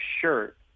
shirt